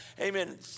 amen